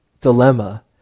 dilemma